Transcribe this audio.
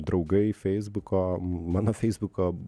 draugai feisbuko mano feisbuko